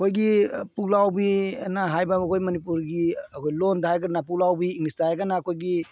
ꯑꯩꯈꯣꯏꯒꯤ ꯄꯨꯛꯂꯥꯎꯕꯤꯅ ꯍꯥꯏꯕ ꯑꯩꯈꯣꯏ ꯃꯅꯤꯄꯨꯔꯒꯤ ꯑꯩꯈꯣꯏ ꯂꯣꯟꯗ ꯍꯥꯏꯔꯒꯅ ꯄꯨꯛꯂꯥꯎꯕꯤ ꯏꯪꯂꯤꯁꯇ ꯍꯥꯏꯔꯒꯅ ꯑꯩꯈꯣꯏꯒꯤ